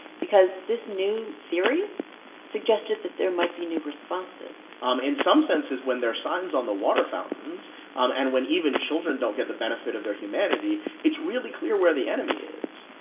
because this new theory suggested that there might be new responses um in some senses, when there are signs on the water fountains um and when even children don't get the benefit of their humanity, it's really clear where the enemy is.